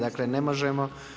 Dakle, ne možemo.